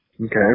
Okay